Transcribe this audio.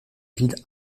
villes